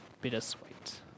bittersweet